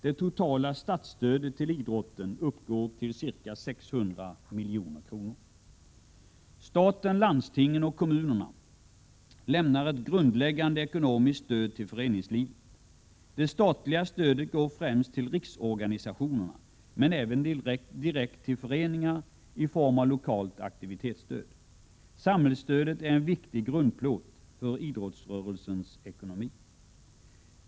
Det totala statsstödet till idrotten uppgår till ca 600 milj.kr. Staten, landstingen och kommunerna lämnar ett grundläggande ekonomiskt stöd till föreningslivet. Det statliga stödet går främst till riksorganisationerna, men även direkt till föreningar i form av lokalt aktivitetsstöd. Samhällsstödet är en viktig grundplåt för idrottsrörelsens ekonomi.